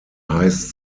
heißt